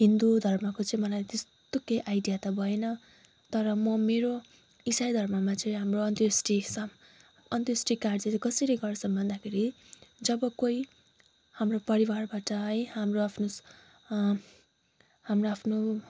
हिन्दु धर्मको चाहिँ मलाई त्यस्तो केही आइडिया त भएन तर म मेरो इसाई धर्ममा चाहिँ हाम्रो अन्त्येष्टि सब अन्त्येष्टि कार्य चाहिँ कसरी गर्छ भन्दाखेरि जब कोही हाम्रो परिवारबाट है हाम्रो आफ्नो हाम्रो आफ्नो